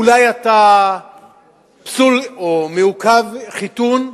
אולי אתה פסול, או מעוכב חיתון,